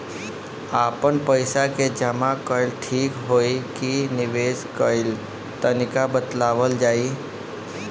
आपन पइसा के जमा कइल ठीक होई की निवेस कइल तइका बतावल जाई?